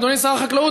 ואדוני שר החקלאות,